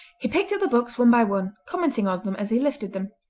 he picked up the books one by one, commenting on them as he lifted them.